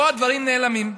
פה הדברים נעלמים.